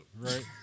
right